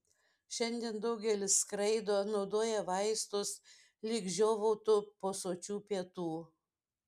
šiandien daugelis skraido naudoja vaistus lyg žiovautų po sočių pietų